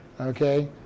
Okay